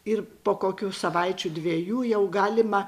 ir po kokių savaičių dviejų jau galima